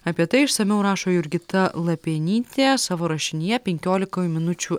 apie tai išsamiau rašo jurgita lapienytė savo rašinyje penkiolikoj minučių